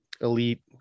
elite